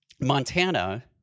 Montana